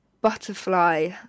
butterfly